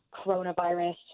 coronavirus